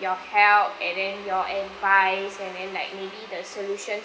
your health and then your advice and then like maybe the solution